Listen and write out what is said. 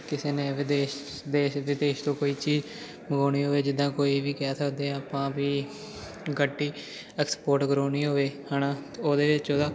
ਕਿਸੇ ਨੇ ਵਿਦੇਸ਼ ਦੇਸ਼ ਵਿਦੇਸ਼ ਤੋਂ ਕੋਈ ਚੀ ਮੰਗਵਾਉਣੀ ਹੋਵੇ ਜਿੱਦਾਂ ਕੋਈ ਵੀ ਕਹਿ ਸਕਦੇ ਆਪਾਂ ਵੀ ਗੱਡੀ ਐਕਸਪੋਰਟ ਕਰਵਾਉਣੀ ਹੋਵੇ ਹੈ ਨਾ ਤਾਂ ਉਹਦੇ 'ਚੋਂ ਉਹਦਾ